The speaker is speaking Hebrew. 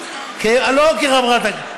לא כחברת כנסת,